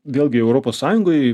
vėlgi europos sąjungoj